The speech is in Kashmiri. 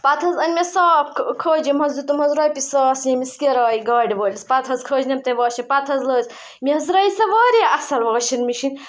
پَتہٕ حظ أنۍ مےٚ صاف کھٲجِم حظ دیُتُم حظ رۄپیہِ ساس ییٚمِس کِراے گاڑِ وٲلِس پَتہٕ حظ کھٲجنَم تٔمۍ واشنٛگ پَتہٕ حظ لٲج مےٚ حظ درٛایے سۄ واریاہ اَصٕل واشنٛگ مِشیٖن